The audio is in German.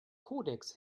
kodex